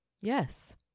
yes